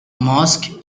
mosque